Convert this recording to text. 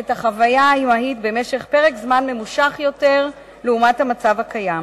את החוויה האימהית בפרק זמן ממושך יותר לעומת המצב הקיים.